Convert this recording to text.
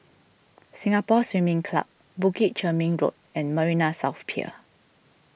Singapore Swimming Club Bukit Chermin Road and Marina South Pier